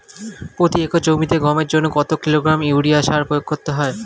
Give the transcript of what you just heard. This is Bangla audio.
প্রতি একর জমিতে গমের জন্য কত কিলোগ্রাম ইউরিয়া সার প্রয়োগ করতে হয়?